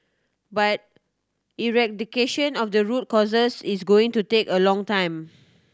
but eradication of the root causes is going to take a long time